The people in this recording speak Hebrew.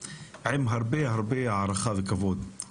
היום ה- 15 במאי העם הערבי הפלסטיני מציין את